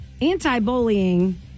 Anti-bullying